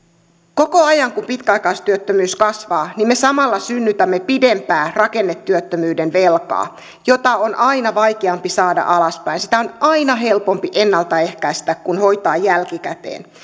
koko ajan kun pitkäaikaistyöttömyys kasvaa me samalla synnytämme pidempää rakennetyöttömyyden velkaa jota on aina vaikeampi saada alaspäin sitä on aina helpompi ennalta ehkäistä kuin hoitaa jälkikäteen